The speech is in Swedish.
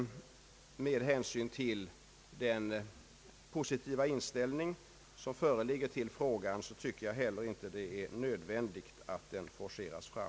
Med hänsyn till den positiva inställning som föreligger i frågan tycker jag inte heller att det är nödvändigt att den nu forceras fram.